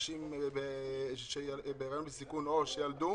נשים בהריון בסיכון או שילדו,